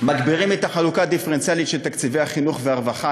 מגבירים את החלוקה הדיפרנציאלית של תקציבי החינוך והרווחה,